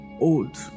old